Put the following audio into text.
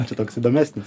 čia toks įdomesnis